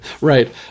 Right